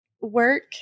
work